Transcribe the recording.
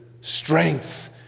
strength